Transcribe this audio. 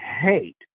hate